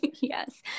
Yes